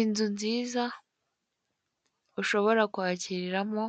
Inzu nziza ushobora kwakiriramo